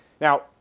Now